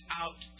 out